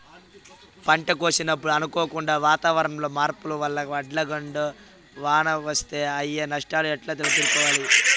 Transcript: పంట కోసినప్పుడు అనుకోకుండా వాతావరణంలో మార్పుల వల్ల వడగండ్ల వాన వస్తే అయ్యే నష్టాలు ఎట్లా ఎదుర్కోవాలా?